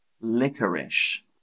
Licorice